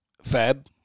Fab